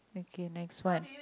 okay next one